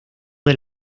del